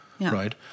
right